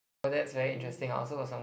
oh that's very interesting I also was from